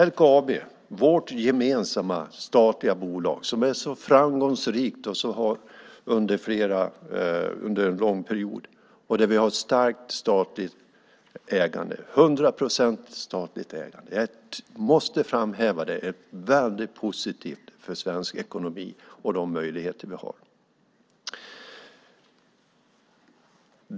LKAB, vårt gemensamma statliga bolag som har varit så framgångsrikt i en lång period och där vi har 100 procent statligt ägande, är väldigt positivt för svensk ekonomi och för de möjligheter vi har.